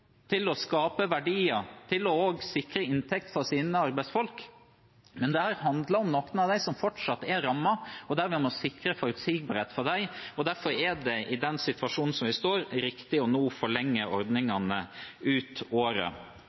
til å skape verdier, til å sikre inntekter til sine arbeidsfolk. Dette handler om noen av dem som fortsatt er rammet. Vi må sikre forutsigbarhet for dem, og derfor er det – i den situasjonen vi nå står i – riktig å forlenge ordningene ut året.